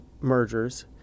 mergers